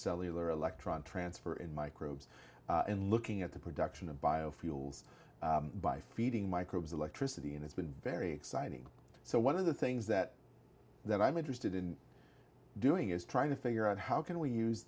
extracellular electron transfer in microbes and looking at the production of biofuels by feeding microbes electricity and it's been very exciting so one of the things that that i'm interested in doing is trying to figure out how can we use